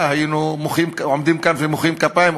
היינו עומדים כאן ומוחאים כפיים,